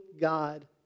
God